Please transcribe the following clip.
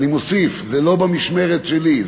אני מוסיף: זה לא במשמרת שלי.